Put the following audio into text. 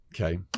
Okay